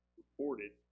reported